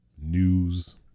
news